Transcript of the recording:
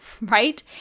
right